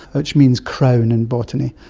which means crown in botany.